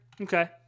Okay